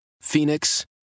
Phoenix